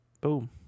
Boom